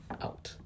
out